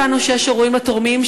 הבנו שיש אירועים לתורמים,